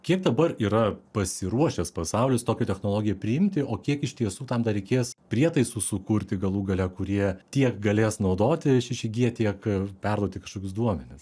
kiek dabar yra pasiruošęs pasaulis tokią technologiją priimti o kiek iš tiesų tam dar reikės prietaisų sukurti galų gale kurie tiek galės naudoti šeši gie tiek a perduoti kažkoks duomenis